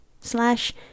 slash